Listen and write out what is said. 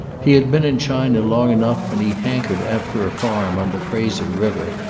he had been in china long enough, and he hankered after a farm on the fraser river.